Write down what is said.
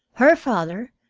her father,